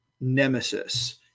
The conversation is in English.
nemesis